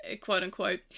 quote-unquote